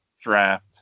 draft